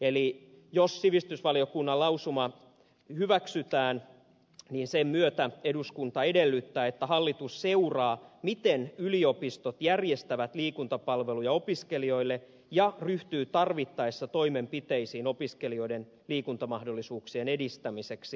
eli jos sivistysvaliokunnan lausuma hyväksytään niin sen myötä eduskunta edellyttää että hallitus seuraa miten yliopistot järjestävät liikuntapalveluja opiskelijoille ja ryhtyy tarvittaessa toimenpi teisiin opiskelijoiden liikuntamahdollisuuksien edistämiseksi